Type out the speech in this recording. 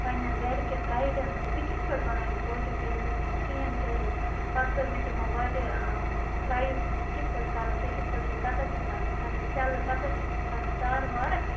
پنٕنٮ۪ن گَرِکٮ۪ن گایڈنٮ۪س زِ بہٕ کِتھٕ پٲٹھۍ بَناو یہِ پرٛوجَیکٹہٕ ییٚمہِ سۭتۍ مےٚ یہِ فین چَلہِ پَتہٕ کٔرۍ مےٚ تِمو واریاہ گایِڈ زِ ژٕ کِتھٕ پٲٹھۍ کرکھ ژےٚ کِتھٕ پٲٹھۍ چھِ کَتَتھ چھِ تھاونہِ سیٚلہٕ کَتیتھ چھےٚ ژےٚ تھاونہٕ تارٕ وارٕ